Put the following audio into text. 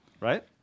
Right